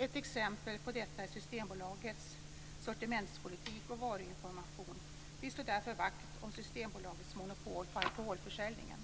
Ett exempel på detta är Systembolagets sortimentspolitik och varuinformation. Vi slår därför vakt om Systembolagets monopol på alkoholförsäljningen.